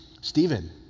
Stephen